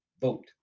vote